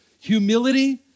Humility